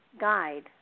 guide